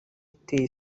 iteye